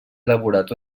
elaborat